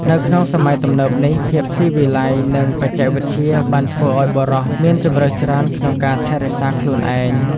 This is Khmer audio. នៅក្នុងសម័យទំនើបនេះ ភាពស៊ីវិល័យ និងបច្ចេកវិទ្យាបានធ្វើឲ្យបុរសមានជម្រើសច្រើនក្នុងការថែរក្សាខ្លួនឯង។